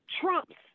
trumps